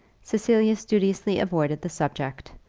cecilia studiously avoided the subject,